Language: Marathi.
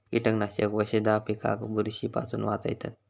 कीटकनाशक वशधा पिकाक बुरशी पासून वाचयतत